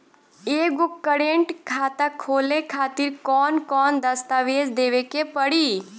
एगो करेंट खाता खोले खातिर कौन कौन दस्तावेज़ देवे के पड़ी?